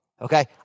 okay